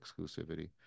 exclusivity